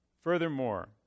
Furthermore